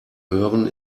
hören